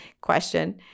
question